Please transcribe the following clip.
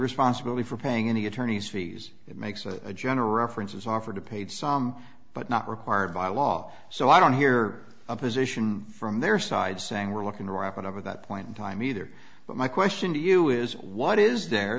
responsibility for paying any attorney's fees it makes for a general reference was offered a paid some but not required by law so i don't hear a position from their side saying we're looking around over that point in time either but my question to you is what is there